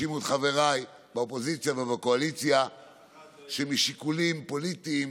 האשימו את חבריי באופוזיציה ובקואליציה שמשיקולים פוליטיים